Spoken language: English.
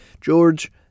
George